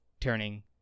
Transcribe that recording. turning